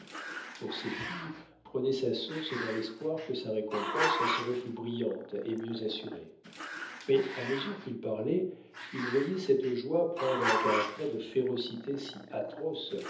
pour ses filles prenait sa source dans l'espoir que sa récompense en serait plus brillante et mieux assurée mais à mesure qu'il parlait il voyait cette joie prendre un caractère de férocité si atroce